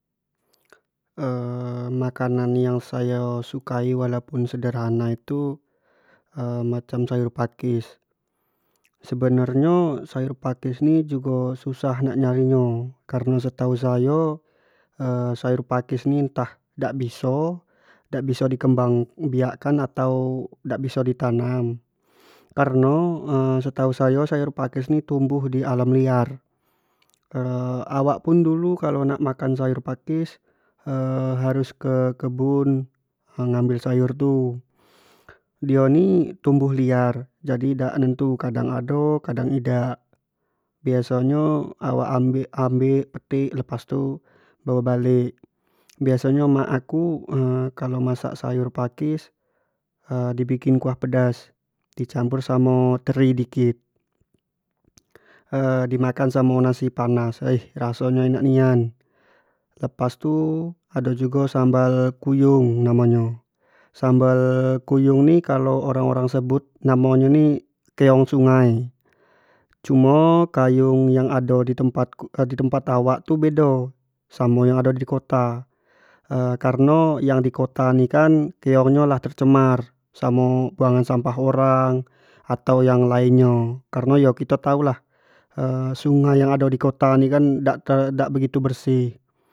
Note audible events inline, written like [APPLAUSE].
[HESITATION] makanan yang sayo sukai walaupun sederhana itu, macam sayur pakis sebenar nyo sayur pakis ni jugo susah nak nyari nyo, kareno setau sayo [HESITATION] sayur pakis ni entah dak biso-dak biso di kembang biak kan atau dak biso di tanam kareno [HESITATION] setau sayo sayur pakis ni tumbuh di alam liar [HESITATION] awak pun dulu kalau nak makan sayur pakis [HESITATION] harus ke kebun ngambil sayur tu dio ni tumbuh liar. kadang dak nentu kadang ado kadang idak, biaso nyo awak-awak ambek, bawa balek, biaso nyo emak aku [HESITATION] kalau masak sayur pakis [HESITATION] di bikin kuah pedas, di campur samo teri dikit [HESITATION] di makan amo nasi panas aih raso nyo enak nian, lepas tu ado jugo sambal kuyung namo nyo, sambal kuyung ni orang-orang ni nyebut namo nyo keong sungai, cumo kuyung yang ado di tempatku-di tempat awak tu bedo samo yang ado di kota [HESITATION] kareno kalo yang di kota ni kan keong lah tercemar samo buangan sampah orang atau yang lainnyo, kareno kito tau lah sungai yang ado di kota ini lah dak terlalu bersih.